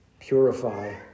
purify